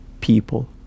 people